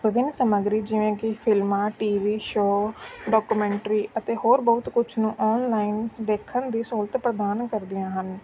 ਵਿਭਿੰਨ ਸਮੱਗਰੀ ਜਿਵੇਂ ਕਿ ਫਿਲਮਾਂ ਟੀ ਵੀ ਸ਼ੋਅ ਡੋਕੋਮੈਂਟਰੀ ਅਤੇ ਹੋਰ ਬਹੁਤ ਕੁਛ ਨੂੰ ਔਨਲਾਈਨ ਦੇਖਣ ਦੀ ਸਹੂਲਤ ਪ੍ਰਦਾਨ ਕਰਦੀਆਂ ਹਨ